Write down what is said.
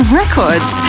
records